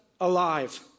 alive